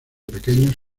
pequeños